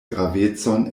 gravecon